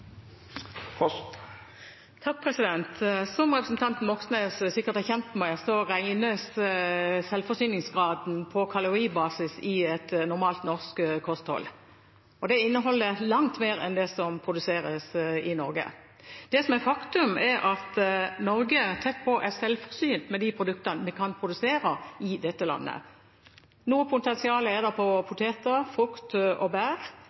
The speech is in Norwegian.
vert replikkordskifte. Som representanten Moxnes sikkert er kjent med, regnes selvforsyningsgraden på kaloribasis i et normalt norsk kosthold, og det inneholder langt mer enn det som produseres i Norge. Det som er et faktum, er at Norge tett på er selvforsynt med de produktene vi kan produsere i dette landet. Noe potensial er det på poteter, frukt og